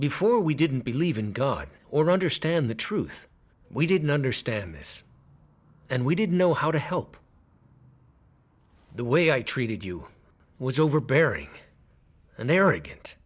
before we didn't believe in god or understand the truth we didn't understand this and we didn't know how to help the way i treated you was overbearing an arrogant